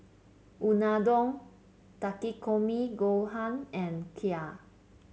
Unadon Takikomi Gohan and Kheer